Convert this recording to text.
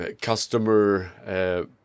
customer